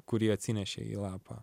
kurį atsinešei į lapą